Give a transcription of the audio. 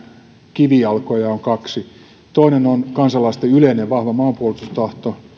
kivijalkoja on kaksi toinen on kansalaisten yleinen vahva maanpuolustustahto